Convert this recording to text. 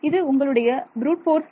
இது உங்களுடைய brute force